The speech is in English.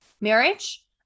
marriage